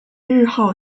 日后